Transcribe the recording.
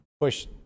push